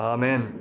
Amen